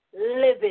living